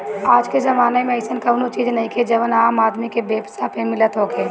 आजके जमाना में अइसन कवनो चीज नइखे जवन आम आदमी के बेपैसा में मिलत होखे